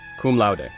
cum laude, ah